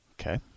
Okay